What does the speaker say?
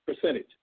percentage